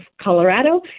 Colorado